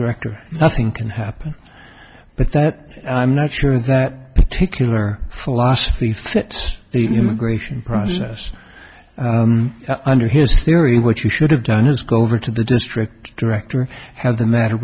director nothing can happen but that i'm not sure that particular philosophy fits the immigration process under his theory which you should have done is go over to the district director have the matter